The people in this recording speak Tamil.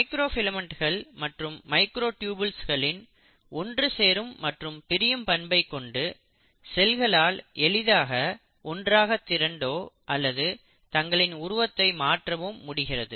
மைக்ரோ ஃபிலமெண்ட்டுகள் மற்றும் மைக்ரோடியுபுல்ஸ்களின் ஒன்று சேரும் மற்றும் பிரியும் பண்பைக் கொண்டு செல்களால் எளிதாக ஒன்றாக திரண்டோ அல்லது தங்களின் உருவத்தை மாற்ற முடிகிறது